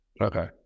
Okay